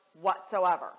whatsoever